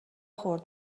خورد